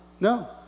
No